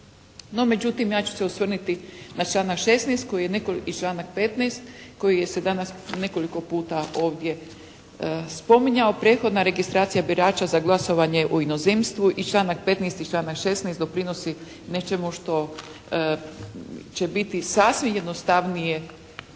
međutim, ja ću se osvrnuti na članak 16. i članak 15. koji se danas nekoliko puta ovdje spominjao. Prethodna registracija birača za glasovanje u inozemstvu i članak 15. i članak 16. doprinosi nečemu što će biti sasvim jednostavnije